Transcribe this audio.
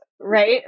right